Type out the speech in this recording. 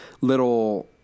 little